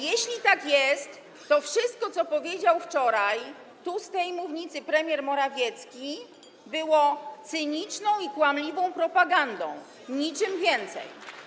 Jeśli tak jest, to wszystko to, co powiedział wczoraj tu, z tej mównicy, premier Morawiecki, było cyniczną i kłamliwą propagandą, niczym więcej.